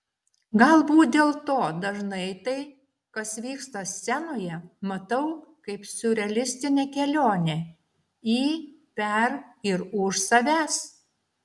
galbūt dėl to dažnai tai kas vyksta scenoje matau kaip siurrealistinę kelionę į per ir už savęs